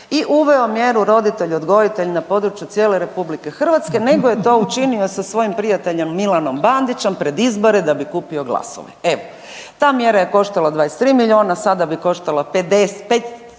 i uveo mjeru roditelj odgojitelj na području cijele RH nego je to učinio sa svojim prijateljem Milanom Bandićem pred izbore da bi kupio glasove, evo. Ta mjera je koštala 23 milijuna, sada bi koštala 523 milijuna.